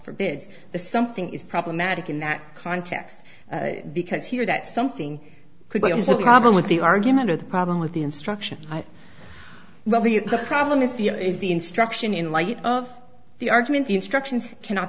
forbids the something is problematic in that context because here that something could be a problem with the argument or the problem with the instruction well the problem is the other is the instruction in light of the argument the instructions cannot